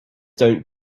don‘t